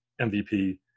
MVP